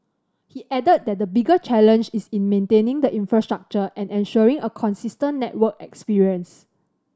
he added that the bigger challenge is in maintaining the infrastructure and ensuring a consistent network experience